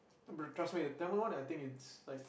bro trust the Tamil on I think its like